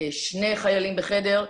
שני חיילים בחדר,